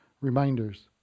reminders